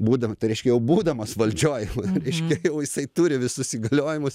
būdam tai reiškia jau būdamas valdžioj reiškia jau jisai turi visus įgaliojimus